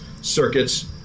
circuits